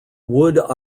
would